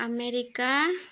America